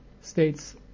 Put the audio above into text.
states